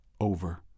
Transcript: over